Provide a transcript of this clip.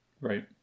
Right